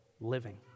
living